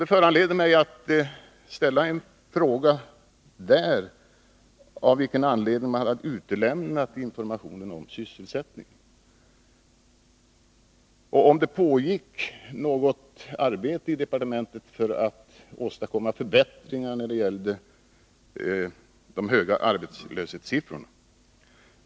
Det föranledde mig att ställa frågan av vilken anledning man hade utelämnat informationen om sysselsättningen, och om det pågick något arbete i departementet för att åstadkomma förbättringar när det gällde de höga arbetslöshetssiffrorna.